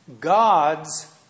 God's